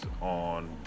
on